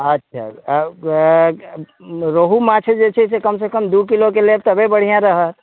अच्छा रोहु माछ जे छै से कमसँ कम दू किलोके लेब तबे बढ़िआँ रहत